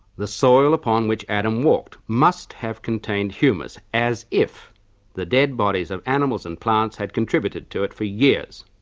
the soil upon which adam walked must have contained humus, as if the dead bodies of animals and plants had contributed to it for years.